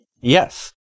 Yes